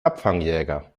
abfangjäger